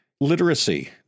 Literacy